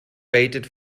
waited